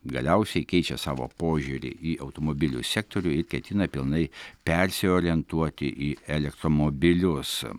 galiausiai keičia savo požiūrį į automobilių sektorių ir ketina pilnai persiorientuoti į elektromobilius